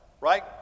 right